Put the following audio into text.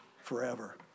forever